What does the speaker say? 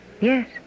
Yes